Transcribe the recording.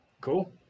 Cool